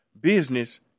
business